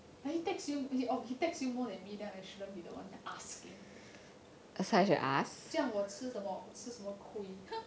like you text him he text you more than me then I shouldn't be the one asking him 这样我吃什么吃什么亏